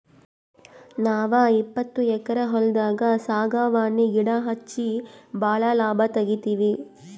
ನಾವ್ ಇಪ್ಪತ್ತು ಎಕ್ಕರ್ ಹೊಲ್ದಾಗ್ ಸಾಗವಾನಿ ಗಿಡಾ ಹಚ್ಚಿ ಭಾಳ್ ಲಾಭ ತೆಗಿತೀವಿ